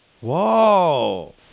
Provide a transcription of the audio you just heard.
Whoa